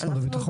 משרד הביטחון?